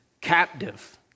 captive